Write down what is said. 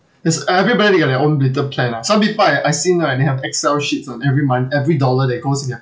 is everybody got their own little plan ah some people I I've seen right they have excel sheets on every month every dollar that goes in their